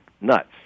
nuts